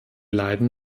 leiden